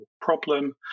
problem